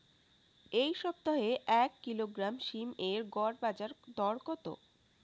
এই সপ্তাহে এক কিলোগ্রাম সীম এর গড় বাজার দর কত?